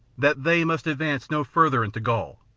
that they must advance no further into graul,